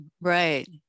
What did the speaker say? right